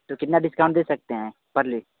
तो कितना डिस्काउंट दे सकते हैं पर लि